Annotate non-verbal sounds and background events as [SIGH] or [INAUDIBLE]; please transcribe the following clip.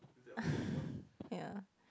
[BREATH] ya